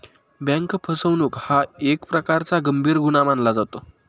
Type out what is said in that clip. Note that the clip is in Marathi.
बँक फसवणूक हा एक प्रकारचा गंभीर गुन्हा मानला जातो